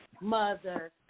mother